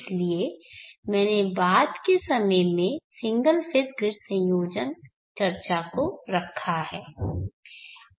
इसलिए मैंने बाद के समय में सिंगल फेज़ ग्रिड संयोजन चर्चा को रखा है